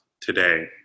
today